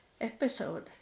episode